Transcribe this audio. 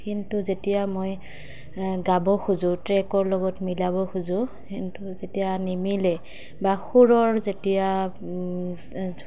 কিন্তু যেতিয়া মই গাব খোজোঁ ট্ৰেকৰ লগত মিলাব খোজোঁ কিন্তু যেতিয়া নিমিলে বা সুৰৰ যেতিয়া